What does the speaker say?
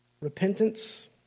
Repentance